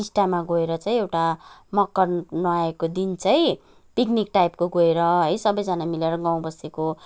टिस्टामा गएर चाहिँ एउटा मकर नुहाएको दिन चाहिँ पिकनिक टाइपको गएर है सबैजना मिलेर गाउँ बस्तीको